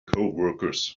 coworkers